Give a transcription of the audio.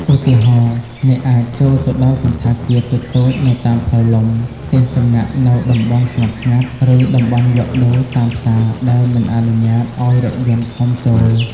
ឧទាហរណ៍ អ្នកអាចចូលទៅដល់សណ្ឋាគារតូចៗនៅតាមផ្លូវលំ ផ្ទះសំណាក់នៅតំបន់ស្ងប់ស្ងាត់ ឬតំបន់លក់ដូរតាមផ្សារដែលមិនអនុញ្ញាតឱ្យរថយន្តធំចូល។